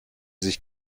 sich